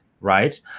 right